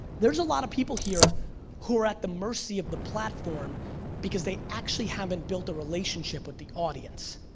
there's a lot of people here who are at the mercy of the platform because they actually haven't built a relationship with the audience.